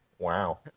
Wow